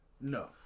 no